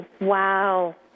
Wow